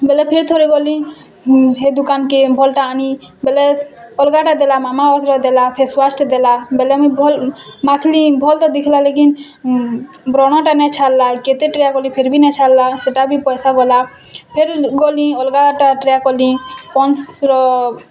ଫିର୍ ଥରେ ଗଲି ହେ ଦୁକାନ୍କେ ଭଲ୍ ଟା ଆଣି ବେଲେ ସେ ଅଲଗା ଟା ଦେଲା ମାମାଅର୍ଥର ଦେଲା ଫେସୱାସ୍ଟେ ଦେଲା ବେଲେ ମୁଇଁ ଭଲ୍ ମାଖଲି ଭଲ୍ ତ ଦିଖଲା ଲେକିନ୍ ବ୍ରଣ ଟା ନାଇଁ ଛାଡ଼ଲା କେତେ ଟ୍ରାଏ କରଲି ଫିରବି ନାଇଁ ଛାଡ଼ଲା ସେଟା ବି ପଇସା ଗଲା ଫେର୍ ଗଲି ଅଲଗା ଟା ଟ୍ରାଏ କଲି ପଣ୍ଡସ୍ର